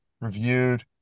reviewed